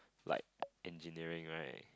like Engineering right